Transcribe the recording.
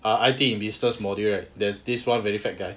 err I_T in business module right there's this one very fat guy